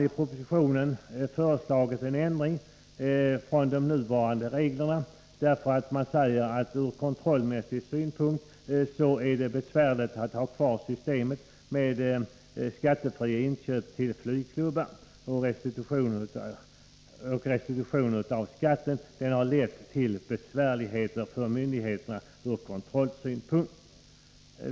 I propositionen föreslås en ändring av de nuvarande reglerna därför att det ur kontrollsynpunkt är besvärligt att ha kvar systemet med skattefria inköp till flygklubbar. Restitutionen av skatt skall ha lett till besvärligheter för myndigheterna ur kontrollsynpunkt.